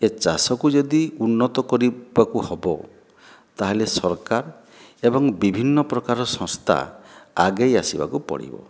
ଏ ଚାଷକୁ ଯଦି ଉନ୍ନତ କରିବାକୁ ହେବ ତା'ହେଲେ ସରକାର ଏବଂ ବିଭିନ୍ନ ପ୍ରକାର ସଂସ୍ଥା ଆଗେଇ ଆସିବାକୁ ପଡ଼ିବ